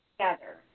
together